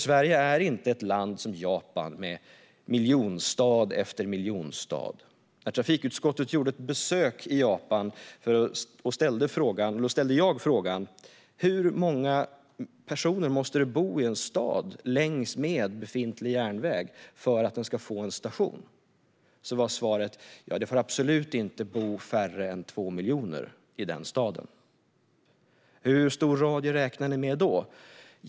Sverige är nämligen inte ett land som Japan, med miljonstad efter miljonstad. När trafikutskottet gjorde ett besök i Japan ställde jag frågan: Hur många måste bo i en stad längs med befintlig järnväg för att den ska få en station? Svaret var: Det får absolut inte bo färre än 2 miljoner i staden. Hur stor radie räknar ni med då?